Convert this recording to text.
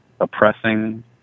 oppressing